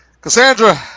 Cassandra